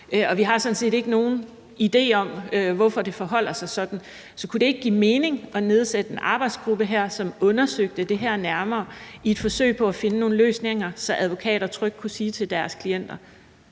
vi har sådan set ikke nogen idé om, hvorfor det forholder sig sådan. Så kunne det ikke give mening at nedsætte en arbejdsgruppe, som undersøgte det her nærmere i et forsøg på at finde nogle løsninger, så advokater trygt kunne sige til deres klienter,